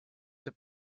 jääb